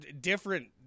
different